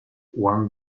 one